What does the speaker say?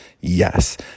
Yes